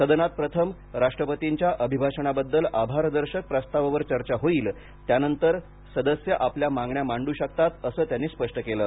सदनात प्रथम राष्ट्रपतीच्या भाषणाबद्दल आभारदर्शक प्रस्तावावर चर्चा होईल त्यानंतर सदस्य आपल्या मागण्या मांडू शकतात असं त्यांनी स्पष्ट केलं